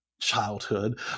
childhood